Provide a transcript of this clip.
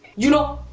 you know,